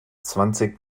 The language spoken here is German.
zwanzig